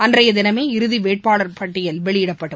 அன்றையதினமே இறுதிவேட்பாளர் பட்டியல் வெளியிடப்படும்